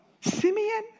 Simeon